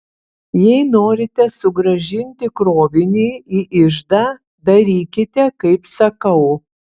jei norite sugrąžinti krovinį į iždą darykite kaip sakau